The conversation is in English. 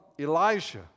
Elijah